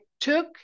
took